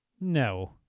No